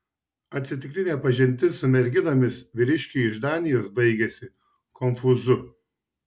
atsitiktinė pažintis su merginomis vyriškiui iš danijos baigėsi konfūzu